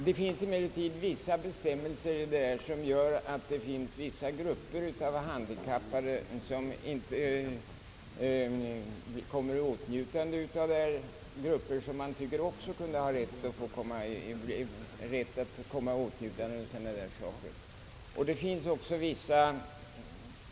Det finns emellertid bestämmelser som medför att vissa grupper av handikappade inte kommer i åtnjutande av dessa förmåner, grupper som man tycker också borde ha rätt till sådana bidrag.